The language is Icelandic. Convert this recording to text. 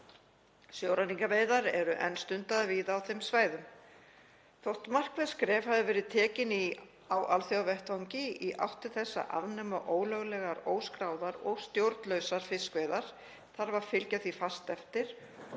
sjóræningjaveiðar eru enn stundaðar víða á þeim svæðum. Þótt markverð skref hafi verið tekin á alþjóðavettvangi í átt til þess að afnema ólöglegar, óskráðar og stjórnlausar fiskveiðar þarf að fylgja því fast eftir